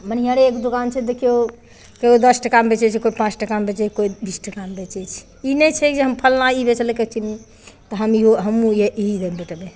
मनिहारेके दोकान छै देखियौ केओ दस टकामे बेचै छै केओ पाँच टकामे बेचै छै केओ बीस टकामे बेचै छै ई नहि छै जे हम फल्लाँ ई बेचलकै चिल्लाँ तऽ हमहुँ तऽ हमहुँ एही रेटमे बेचबै